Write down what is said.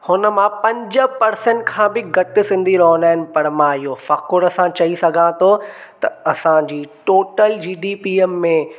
हुन मां पंज परसेंट खां बि घटि सिंधी रहंदा आहिनि पर मां इहो फ़ख़्र सां चई सघां थो त असांजी टोटल जी डी पीअ में